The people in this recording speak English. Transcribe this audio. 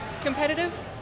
competitive